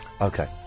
Okay